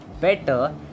better